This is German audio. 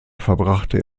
verbrachte